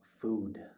food